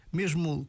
mesmo